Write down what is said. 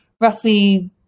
roughly